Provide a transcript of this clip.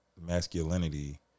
masculinity